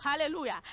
Hallelujah